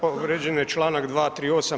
Povrijeđen je članak 238.